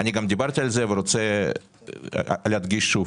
דיברתי על זה ואני רוצה להדגיש שוב,